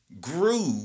grew